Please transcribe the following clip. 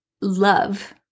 love